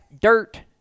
dirt